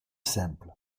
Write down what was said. simple